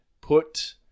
put